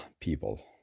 people